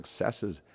successes